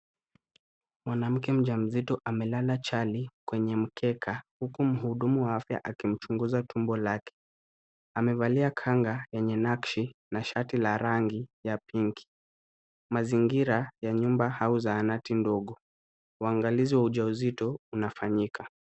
Mwanamke mjamzito amelala chali kwenye mkeka huku mhudumu wa afya akimchunguza tumbo lake. Amevalia kanga yenye nakshi na shati la rangi ya pinki, mazingira ya nyumba au zahanati ndogo, uangalizi wa ujauzito unafanyika.